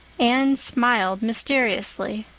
anne smiled mysteriously.